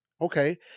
okay